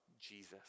Jesus